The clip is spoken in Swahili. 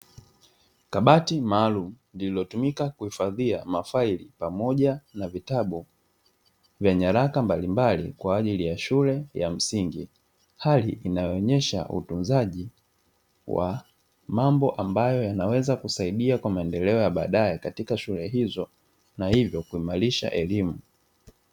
Kabati maalumu lililotumika kuhifadhia mafaili pamoja na vitabu vya nyaraka mbalimbali, kwa ajili ya shule ya msingi. Hali inayoonyesha utunzaji wa mambo ambayo yanaweza kusaidia kwa maendeleo ya baadae katika shule hizo, na hivyo kuimarisha elimu.